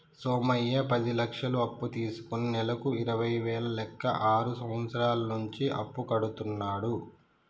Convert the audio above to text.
సోమయ్య పది లక్షలు అప్పు తీసుకుని నెలకు ఇరవై వేల లెక్క ఆరు సంవత్సరాల నుంచి అప్పు కడుతున్నాడు